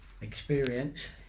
experience